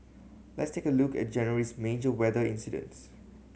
let's take a look at January's major weather incidents